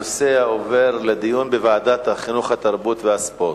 הנושא עובר לדיון בוועדת החינוך, התרבות והספורט.